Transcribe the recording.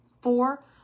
Four